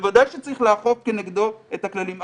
בוודאי שצריך לאכוף כנגדו את הכללים,